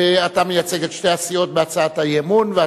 ואתה מייצג את שתי הסיעות בהצעת האי-אמון.